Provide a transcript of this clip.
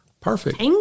Perfect